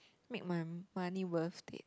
make my money worth it